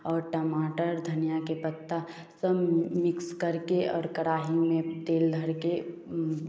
और टमाटर धनिया के पत्ता सब मिक्स करके और कढ़ाई में तेल धर के